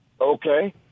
Okay